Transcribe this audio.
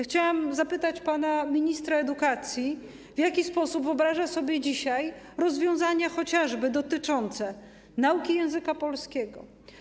Chciałam zapytać pana ministra edukacji, w jaki sposób wyobraża sobie dzisiaj rozwiązania dotyczące chociażby nauki języka polskiego.